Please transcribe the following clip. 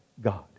God